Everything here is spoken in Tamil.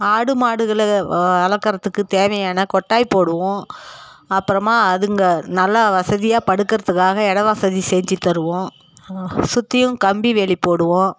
ஆடு மாடுகளை வளர்க்கறத்துக்கு தேவையான கொட்டாய் போடுவோம் அப்புறமா அதுங்க நல்லா வசதியாக படுக்கறதுக்காக இட வசதி செஞ்சு தருவோம் சுற்றியும் கம்பி வேலி போடுவோம்